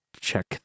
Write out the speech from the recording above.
check